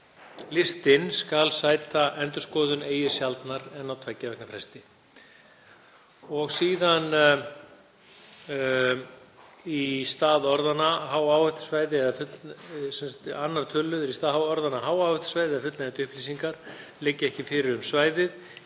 Listinn skal sæta endurskoðun eigi sjaldnar en á tveggja vikna fresti. 2. Í stað orðanna „hááhættusvæði eða fullnægjandi upplýsingar liggja ekki fyrir um svæðið“